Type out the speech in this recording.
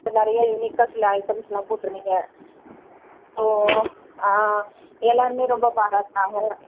இப்போ நிறையா யுனிக்காக சில ஐட்டம்ஸெலாம் போட்டிருந்திங்க ஸோ எல்லாேருமே ரொம்ப பாராட்டினாங்க